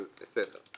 אבל בסדר.